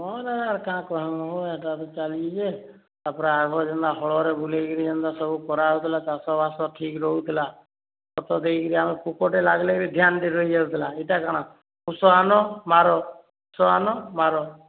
ମୋର କାଁ କହିବୁ ହେରା ତ ଚାଲିଛେ ତା ପରେ ଆଗେ ଯେନ୍ତା ହଳରେ ବୁଲାଇ କରି ଯେନ୍ତା ସବୁ କରା ହେଉଥିଲା ଚାଷ ବାସ ଠିକ ରହୁଥିଲା ଖତ ଦେଇକରି ଆମେ ପୁକଟେ ଲାଗଲେବି ଧ୍ୟାନ ଦେ ଦେଇ ଯାଉଥିଲା ଇଟା କଣ ଉଷ ଆନ ମାର ଉଷ ଆନ ମାର